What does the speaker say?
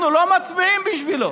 אנחנו לא מצביעים בשבילו.